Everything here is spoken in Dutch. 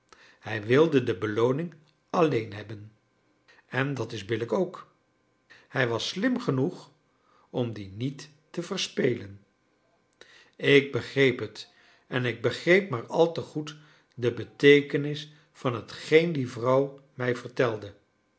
hij wilde de belooning alleen hebben en dat is billijk ook hij was slim genoeg om die niet te verspelen ik begreep het en ik begreep maar al te goed de beteekenis van tgeen die vrouw mij vertelde